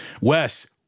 Wes